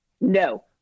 No